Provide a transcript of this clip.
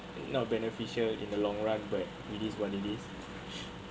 not beneficial in the long run but it is what it is